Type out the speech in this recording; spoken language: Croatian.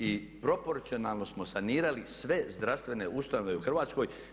I proporcionalno smo sanirali sve zdravstvene ustanove u Hrvatskoj.